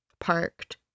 parked